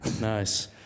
Nice